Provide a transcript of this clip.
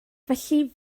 felly